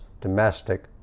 domestic